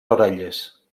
orelles